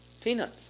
Peanuts